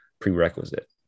prerequisite